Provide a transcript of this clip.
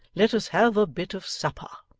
let us have a bit of supper